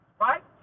Right